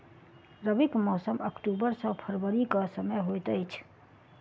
रबीक मौसम अक्टूबर सँ फरबरी क समय होइत अछि